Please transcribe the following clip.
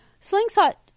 Slingshot